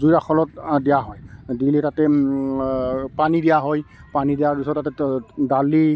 জুইৰ আখলত দিয়া হয় দি লৈ তাতে পানী দিয়া হয় পানী দিয়াৰ পিছত তাতে দালি